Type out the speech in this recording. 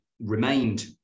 remained